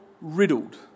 riddled